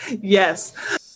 Yes